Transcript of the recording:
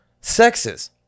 sexes